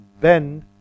bend